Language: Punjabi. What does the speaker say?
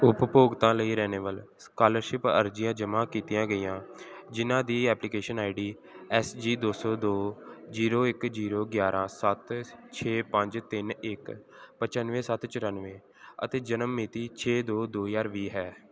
ਉਪਭੋਗਤਾ ਲਈ ਰੇਨੇਵਲ ਸਕਾਲਰਸ਼ਿਪ ਅਰਜ਼ੀਆਂ ਜਮ੍ਹਾਂ ਕੀਤੀਆਂ ਗਈਆਂ ਜਿਨ੍ਹਾਂ ਦੀ application I D S G ਦੋ ਸੌ ਦੋ ਜ਼ੀਰੋ ਇੱਕ ਜ਼ੀਰੋ ਗਿਆਰ੍ਹਾਂ ਸੱਤ ਛੇ ਪੰਜ ਤਿੰਨ ਇੱਕ ਪਚਾਨਵੇਂ ਸੱਤ ਚੁਰਾਨਵੇਂ ਅਤੇ ਜਨਮ ਮਿਤੀ ਛੇ ਦੋ ਦੋ ਹਜ਼ਾਰ ਵੀਹ ਹੈ